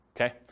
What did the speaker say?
okay